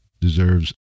deserves